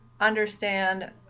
understand